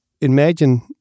imagine